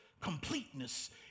completeness